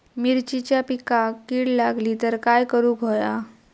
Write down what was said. मिरचीच्या पिकांक कीड लागली तर काय करुक होया?